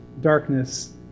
darkness